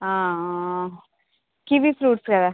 kiwi fruits కదా